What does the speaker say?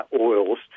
oils